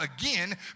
again